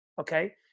Okay